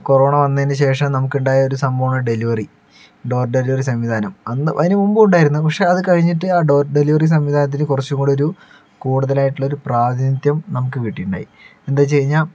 corona വന്നതിനു ശേഷം നമുക്ക് ഉണ്ടായ ഒരു സംഭവം ആണ് ഡെലിവറി ഡോർ ഡെലിവറി സംവിധാനം അന്ന് അതിനു മുന്പും ഉണ്ടായിരുന്നു പക്ഷെ അത് കഴിഞ്ഞിട്ട് ആ ഡോർ ഡെലിവറി സംവിധാനത്തിൽ കുറച്ചുംകൂടി ഒരു കൂടുതൽ ആയിട്ടുള്ള ഒരു പ്രാതിനിധ്യം നമുക്ക് കിട്ടിയിട്ടുണ്ടായി എന്താ വെച്ച് കഴിഞ്ഞാൽ